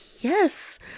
Yes